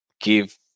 give